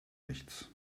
nichts